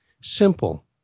simple